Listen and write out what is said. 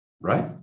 right